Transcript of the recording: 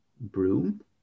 Broom